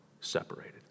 separated